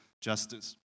justice